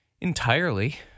entirely